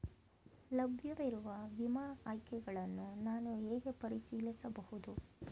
ಲಭ್ಯವಿರುವ ವಿಮಾ ಆಯ್ಕೆಗಳನ್ನು ನಾನು ಹೇಗೆ ಪರಿಶೀಲಿಸಬಹುದು?